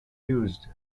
used